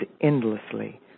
endlessly